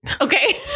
Okay